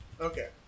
okay